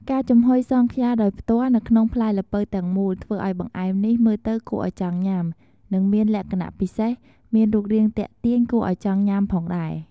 ការចំហុយសង់ខ្យាដោយផ្ទាល់នៅក្នុងផ្លែល្ពៅទាំងមូល ធ្វើឲ្យបង្អែមនេះមើលទៅគួរឲ្យចង់ញ៉ាំ និងមានលក្ខណៈពិសេស មានរូបរាងទាក់ទាញគួរអោយចង់ញុាំផងដែរ។